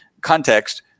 context